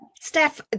Steph